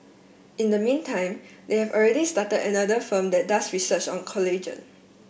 in the meantime they have already started another firm that does research on collagen